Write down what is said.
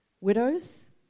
Widows